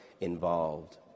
involved